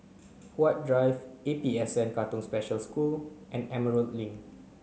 Huat Drive A P S N Katong Special School and Emerald Link